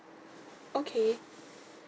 okay